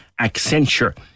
accenture